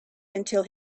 until